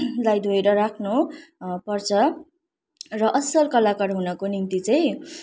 लाई धोएर राख्नु पर्छ र असल कलाकार हुनको निम्ति चाहिँ